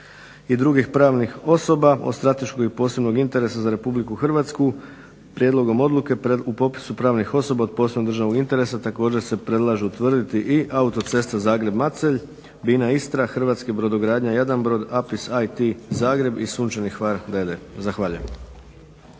i drugih pravnih osoba od strateškog i posebnog interesa za RH prijedlogom odluke u popisu pravnih osoba od posebnog državnog interesa također se predlaže utvrditi i autocesta Zagreb-Macelj, BINA ISTRA, Hrvatska Brodogradnja Jadranbrod, APIS IT Zagreb i Sunčani Hvar d.d. Zahvaljujem.